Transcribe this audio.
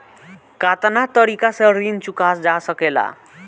कातना तरीके से ऋण चुका जा सेकला?